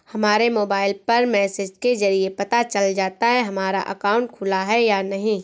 हमारे मोबाइल पर मैसेज के जरिये पता चल जाता है हमारा अकाउंट खुला है या नहीं